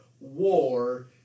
War